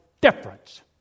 difference